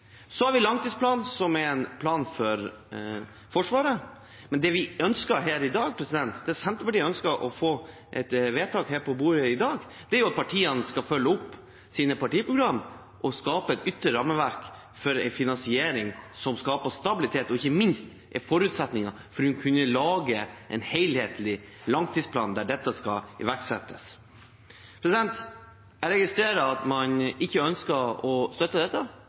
Så har vi langtidsplanen, som er en plan for Forsvaret. Det vi ønsker her i dag – det Senterpartiet ønsker å få et vedtak om på bordet i dag – er at partiene skal følge opp sine partiprogrammer og lage et ytre rammeverk for en finansiering som skaper stabilitet, og som ikke minst er en forutsetning for å kunne lage en helhetlig langtidsplan der dette skal iverksettes. Jeg registrerer at man ikke ønsker å støtte dette,